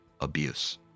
abuse